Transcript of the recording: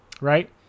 right